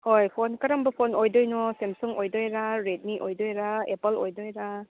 ꯍꯣꯏ ꯐꯣꯟ ꯀꯔꯝꯕ ꯐꯣꯟ ꯑꯣꯏꯗꯣꯏꯅꯣ ꯁꯦꯝꯁꯨꯡ ꯑꯣꯏꯗꯣꯏꯔꯥ ꯔꯦꯗꯃꯤ ꯑꯣꯏꯗꯣꯏꯔꯥ ꯑꯦꯄꯜ ꯑꯣꯏꯗꯣꯏꯔꯥ